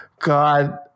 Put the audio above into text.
god